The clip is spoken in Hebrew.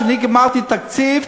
כשאני גמרתי תקציב,